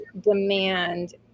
demand